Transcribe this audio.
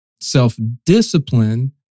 self-discipline